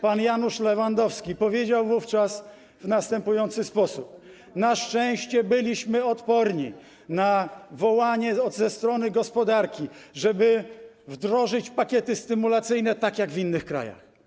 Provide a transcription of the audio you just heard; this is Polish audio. pan Janusz Lewandowski powiedział wówczas w następujący sposób: na szczęście byliśmy odporni na wołanie ze strony gospodarki, żeby wdrożyć pakiety stymulacyjne, tak jak w innych krajach.